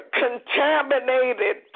contaminated